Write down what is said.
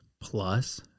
plus